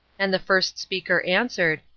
and the first speaker answered,